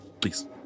please